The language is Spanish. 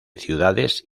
ciudades